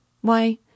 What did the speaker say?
Why